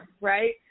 Right